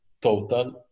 Total